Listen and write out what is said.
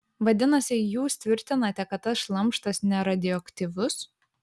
vadinasi jūs tvirtinate kad tas šlamštas neradioaktyvus